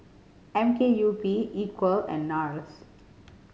M K U P Equal and Nars